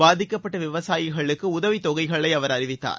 பாதிக்கப்பட்ட விவசாயிகளுக்கு உதவித் தொகைகளை அவர் அறிவித்தார்